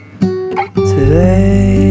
today